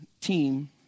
team